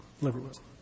liberalism